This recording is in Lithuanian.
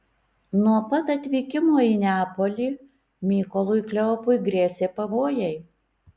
nuo pat atvykimo į neapolį mykolui kleopui grėsė pavojai